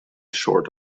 short